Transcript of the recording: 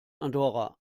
andorra